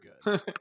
good